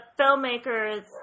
filmmakers